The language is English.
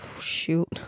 shoot